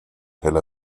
tel